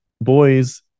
boys